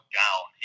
down